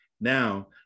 now